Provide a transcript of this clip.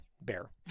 bear